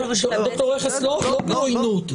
ד"ר רכס, לא בעויינות.